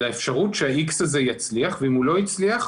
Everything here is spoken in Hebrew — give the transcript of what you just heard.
האפשרות שהאיקס הזה יצליח ואם הוא לא הצליח,